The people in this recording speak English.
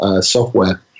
software